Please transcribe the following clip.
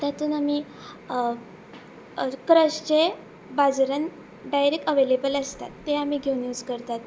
तातूंत आमी क्रच जे बाजारान डायरेक्ट अवेलेबल आसतात ते आमी घेवन यूज करतात